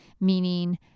meaning